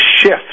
shift